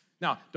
Now